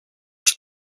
czy